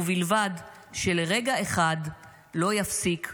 ובלבד שלרגע אחד לא יפסיק לשאול".